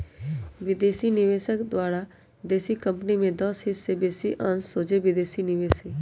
विदेशी निवेशक द्वारा देशी कंपनी में दस हिस् से बेशी अंश सोझे विदेशी निवेश हइ